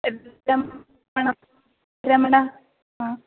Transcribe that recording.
यद् तं रमण हा